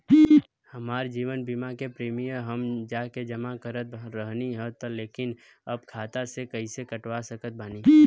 हमार जीवन बीमा के प्रीमीयम हम जा के जमा करत रहनी ह लेकिन अब खाता से कइसे कटवा सकत बानी?